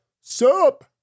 Sup